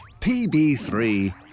PB3